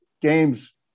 games